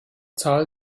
zahl